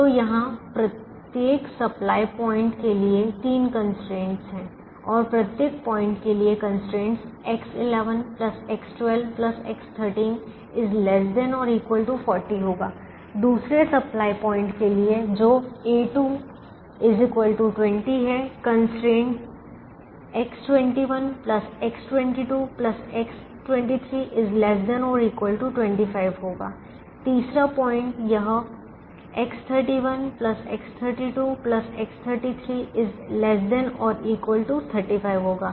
तो यहां प्रत्येक सप्लाई प्वाइंट के लिए तीन कंस्ट्रेंट्स हैं पहले पॉइंट के लिए कंस्ट्रेंट X11 X12 X13 ≤ 40 होगा दूसरे सप्लाई पॉइंट के लिए जो a2 25 है कंस्ट्रेंट X21 X22 X23 ≤ 25 होगा तीसरा पॉइंट यह X31 X32 X33 ≤ 35 होगा